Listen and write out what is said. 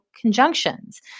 conjunctions